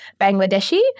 Bangladeshi